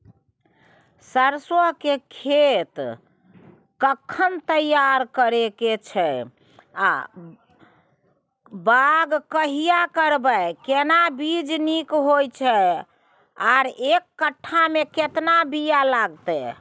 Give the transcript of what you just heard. सरसो के खेत कखन तैयार करै के छै आ बाग कहिया करबै, केना बीज नीक होय छै आर एक कट्ठा मे केतना बीया लागतै?